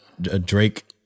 Drake